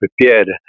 prepared